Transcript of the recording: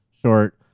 short